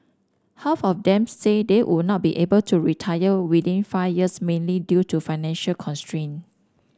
half of them say they would not be able to retire within five years mainly due to financial constraint